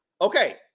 Okay